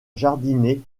jardinet